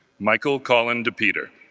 michael colin de peter,